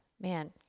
man